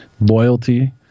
loyalty